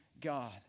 God